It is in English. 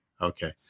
okay